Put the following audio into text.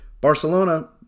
Barcelona